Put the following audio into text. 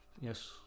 yes